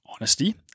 honesty